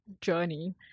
journey